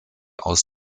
aus